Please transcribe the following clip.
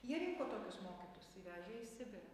jie rinko tokius mokytus i vežė į sibirą